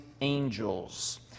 angels